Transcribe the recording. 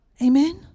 Amen